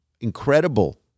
incredible